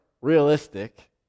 realistic